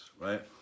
right